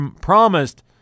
promised